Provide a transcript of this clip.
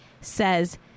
says